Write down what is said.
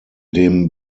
dem